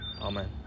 Amen